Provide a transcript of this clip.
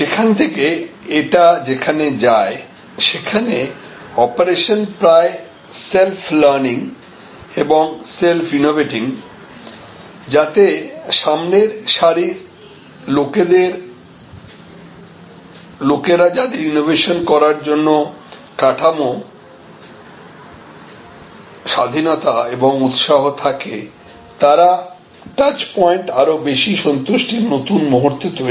সেখান থেকে এটা যেখানে যায় সেখানে অপারেশন প্রায় সেল্ফ লার্নিং এবং সেল্ফ ইনোভেটিং যাতে সামনের সারির লোকেদের লোকেরা যাদের ইনোভেশন করার জন্য কাঠামো স্বাধীনতা এবং উৎসাহ থাকে তারা টাচ পয়েন্ট আরো বেশি সন্তুষ্টির নতুন মুহূর্ত তৈরি করে